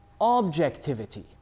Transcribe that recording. objectivity